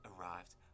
arrived